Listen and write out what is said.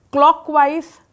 Clockwise